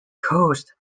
coast